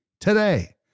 today